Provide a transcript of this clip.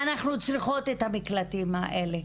אנחנו צריכות את המקלטים האלה.